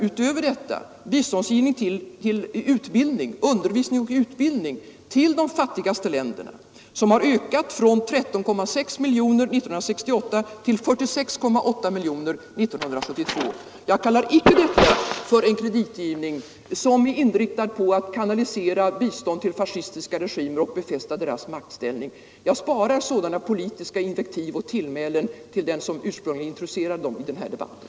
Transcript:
Utöver detta kommer biståndsgivning till undervisning och utbildning till de fattigaste länderna. Detta bistånd har ökat från 13,6 miljoner år 1968 till 46,8 miljoner år 1972. Jag kallar icke detta för kreditgivning inriktad på att kanalisera bistånd till fascistiska regimer och befästa deras maktställning. Jag sparar sådana politiska invektiv och tillmälen till den som ursprungligen introducerade dem i den här debatten.